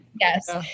yes